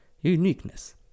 uniqueness